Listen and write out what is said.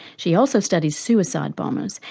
she also studies suicide bombers,